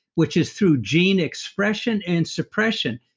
which is through gene expression and suppression,